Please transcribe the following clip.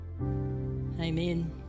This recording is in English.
Amen